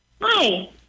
Hi